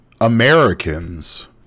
Americans